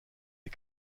des